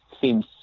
seems